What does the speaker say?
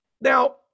Now